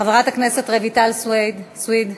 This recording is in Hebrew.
חברת הכנסת רויטל סויד,